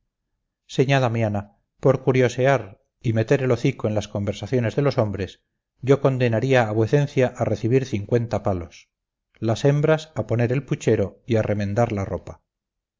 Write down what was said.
damiana por curiosear y meter el hocico en las conversaciones de los hombres yo condenaría a vuecencia a recibir cincuenta palos las hembras a poner el puchero y a remendar la ropa